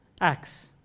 Acts